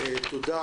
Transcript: תודה